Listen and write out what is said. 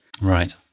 Right